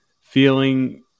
feeling